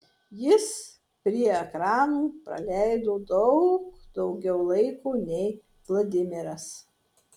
jis prie ekranų praleido daug daugiau laiko nei vladimiras